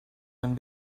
and